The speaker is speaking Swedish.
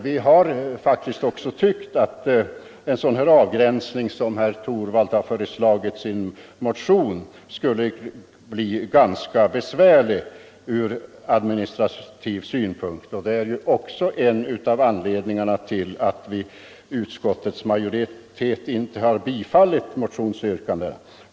Vi har också ansett att en sådan avgränsning som herr Torwald föreslagit i sin motion skulle bli ganska besvärlig från administrativ synpunkt. Det är också en anledning till att utskottsmajoriteten inte tillstyrkt motionsyrkandet.